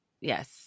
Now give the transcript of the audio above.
Yes